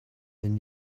wenn